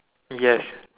yes